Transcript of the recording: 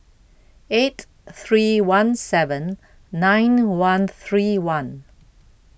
eight three one seven nine one three one